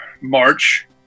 march